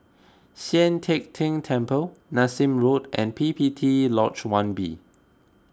Sian Teck Tng Temple Nassim Road and P P T Lodge one B